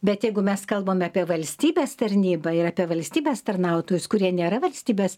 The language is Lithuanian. bet jeigu mes kalbam apie valstybės tarnybą ir apie valstybės tarnautojus kurie nėra valstybės